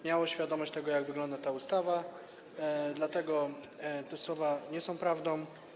Miało świadomość tego, jak wygląda ta ustawa, dlatego te słowa nie są prawdą.